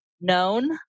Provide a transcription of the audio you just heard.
known